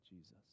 Jesus